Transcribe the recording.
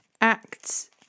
Acts